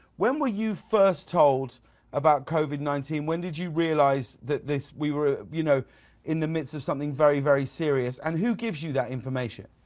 when were you first told about covid nineteen, when did you realize that this, we were you know in the midst of something very, very serious and who gives you that information?